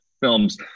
films